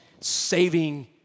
saving